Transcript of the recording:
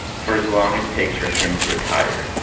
for as long as it takes for him to retire.